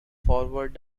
forward